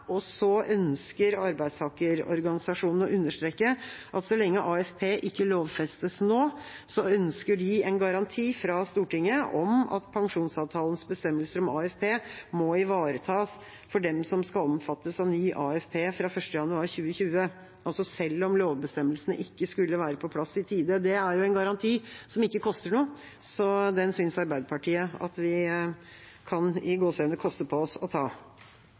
at så lenge AFP ikke lovfestes nå, ønsker de en garanti fra Stortinget om at pensjonsavtalens bestemmelser om AFP må ivaretas for dem som skal omfattes av ny AFP fra 1. januar 2020, altså selv om lovbestemmelsene ikke skulle være på plass i tide. Det er jo en garanti som ikke koster noe, så det synes Arbeiderpartiet at vi kan «koste på oss».